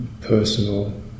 personal